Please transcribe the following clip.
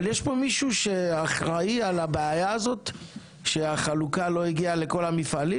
אבל יש פה מישהו שאחראי על הבעיה הזאת שהחלוקה לא הגיעה לכל המפעלים?